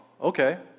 okay